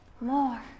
more